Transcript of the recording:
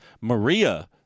Maria